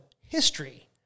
history